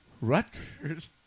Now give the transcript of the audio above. Rutgers